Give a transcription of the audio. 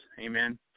Amen